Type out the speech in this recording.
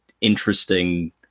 interesting